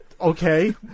Okay